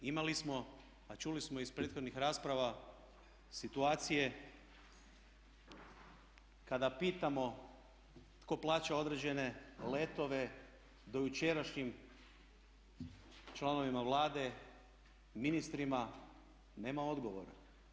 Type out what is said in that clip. Imali smo, a čuli smo iz prethodnih rasprava situacije kada pitamo tko plaća određene letove dojučerašnjim članovima Vlade, ministrima nema odgovora.